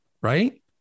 right